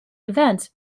events